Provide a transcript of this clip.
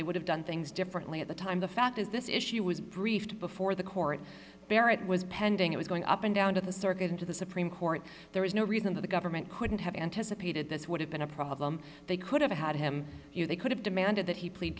they would have done things differently at the time the fact is this issue was briefed before the court was pending it was going up and down to the circuit into the supreme court there was no reason for the government couldn't have anticipated this would have been a problem they could have had him they could have demanded that he plead